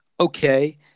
Okay